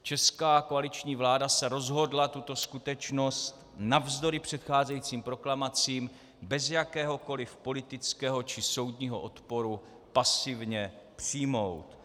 Česká koaliční vláda se rozhodla tuto skutečnost navzdory předcházejícím proklamacím bez jakéhokoliv politického či soudního odporu pasivně přijmout.